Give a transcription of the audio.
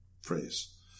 phrase